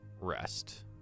rest